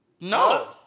No